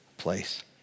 place